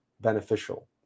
beneficial